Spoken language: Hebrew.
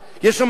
יש שם נשים?